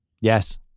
Yes